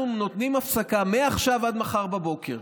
אנחנו נותנים הפסקה מעכשיו עד מחר בבוקר.